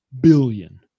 billion